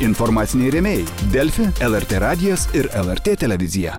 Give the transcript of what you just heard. informaciniai rėmėjai delfi lrt radijas ir lrt televizija